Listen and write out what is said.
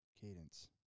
Cadence